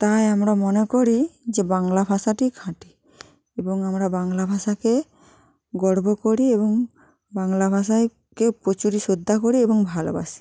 তাই আমরা মনে করি যে বাংলা ভাষাটি খাঁটি এবং আমরা বাংলা ভাষাকে গর্ব করি এবং বাংলা ভাষায়কে প্রচুরই শ্রদ্ধা করি এবং ভালোবাসি